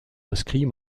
inscrit